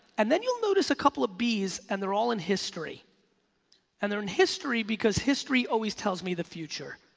and then you'll notice a couple of b's and they're all in history and they're in history because history always tells me the future.